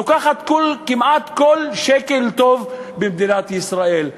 לוקחת כמעט כל שקל טוב במדינת ישראל,